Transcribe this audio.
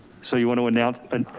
so you wanna announce and,